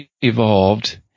evolved